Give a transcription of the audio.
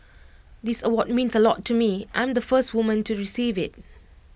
this award means A lot to me I'm the first woman to receive IT